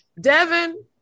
Devin